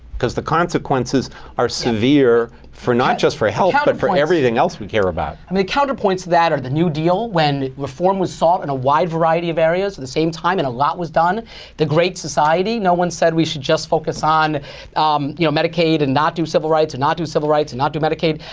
because the consequences are severe for not just for health care, but for everything else we care about. adam gaffney the counterpoint to that, are the new deal, when reform was sought in a wide variety of areas at the same time. and a lot was done the great society, no one said we should just focus on um you know medicaid, and not do civil rights, and not do civil rights, and not do medicaid.